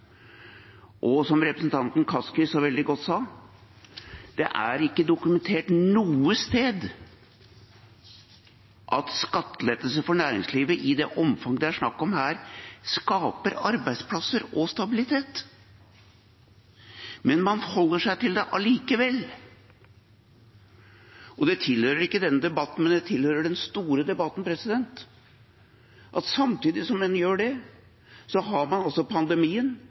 Som representanten Kaski veldig godt sa, er det ikke dokumentert noe sted at skattelettelser for næringslivet i det omfang det er snakk om her, skaper arbeidsplasser og stabilitet. Men man holder seg til det allikevel. Det tilhører ikke denne debatten, men det tilhører den store debatten at samtidig som man gjør det, har man